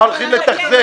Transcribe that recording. מה הולכים לתחזק?